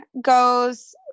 goes